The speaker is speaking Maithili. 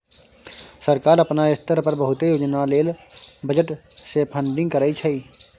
सरकार अपना स्तर पर बहुते योजना लेल बजट से फंडिंग करइ छइ